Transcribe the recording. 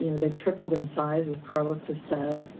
you know they've tripled in size as carlos has said.